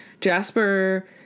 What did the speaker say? jasper